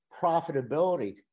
profitability